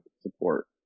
support